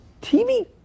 TV